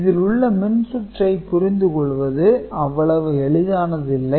இதில் உள்ள மின்சுற்றை புரிந்துகொள்வது அவ்வளவு எளிதானது இல்லை